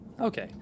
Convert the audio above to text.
Okay